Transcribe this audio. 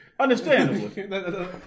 Understandable